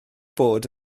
bod